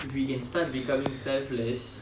if we can start becoming selfless